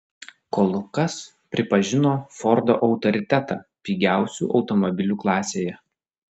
kol kas pripažino fordo autoritetą pigiausių automobilių klasėje